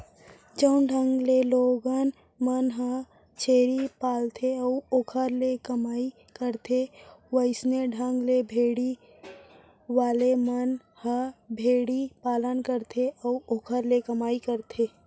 जउन ढंग ले लोगन मन ह छेरी पालथे अउ ओखर ले कमई करथे वइसने ढंग ले भेड़ी वाले मन ह भेड़ी पालन करथे अउ ओखरे ले कमई करथे